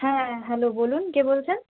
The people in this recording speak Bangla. হ্যাঁ হ্যালো বলুন কে বলছেন